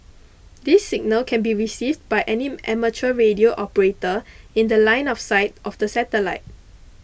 this signal can be received by any amateur radio operator in The Line of sight of the satellite